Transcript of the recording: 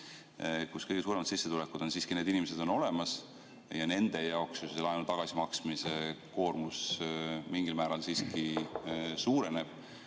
on kõige suuremad sissetulekud, on siiski need inimesed olemas ja nende jaoks laenude tagasimaksmise koormus mingil määral suureneb.